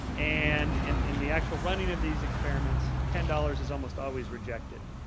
and in in the actual running of these experiments ten dollars is almost always rejected.